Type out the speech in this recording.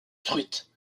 truites